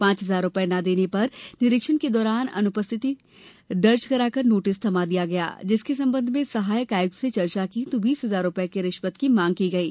पांच हज़ार रुपये न देने पर निरीक्षण के दौरान अनुपस्थिति दर्शा कर नोटिस थमा दिया गया जिसके संबंध में सहायक आयुक्त से चर्चा की तो बीस हज़ार रुपये की रिश्वत की मांग की गयी